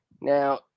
Now